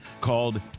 called